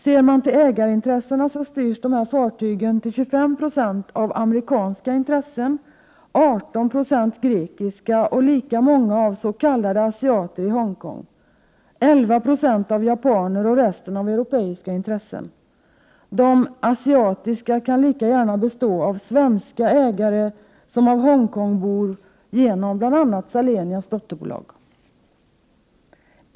Ser man till ägarintressena styrs dessa fartyg till 25 26 av amerikanska intressen, till 18 20 av grekiska och till lika många av s.k. asiatiska i Hongkong, till 11 96 av japanska och resten av europeiska intressen. De ”asiatiska” kan lika gärna bestå av svenska ägare som av Hongkongbor genom bl.a. Salenias dotterbolag.